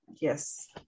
yes